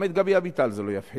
גם את גבי אביטל זה לא יפחיד.